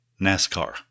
NASCAR